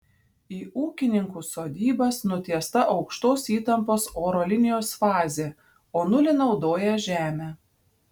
į ūkininkų sodybas nutiesta aukštos įtampos oro linijos fazė o nulį naudoja žemę